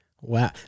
Wow